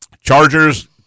Chargers